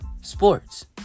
sports